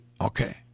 okay